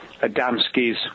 Adamski's